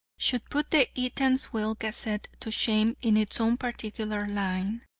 should put the eatanswill gazette to shame in its own particular line,